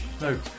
No